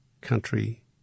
country